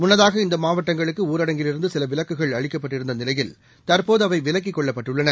முன்னதாகஇந்தமாவட்டங்களுக்குஊரடங்கில்இருந்துசிலவிலக்குகள்அளிக்கப்பட்டிருந்தநி லையில்தற்போதுஅவைவிலக்கிக்கொள்ளப்பட்டுள்ளன